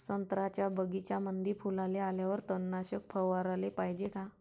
संत्र्याच्या बगीच्यामंदी फुलाले आल्यावर तननाशक फवाराले पायजे का?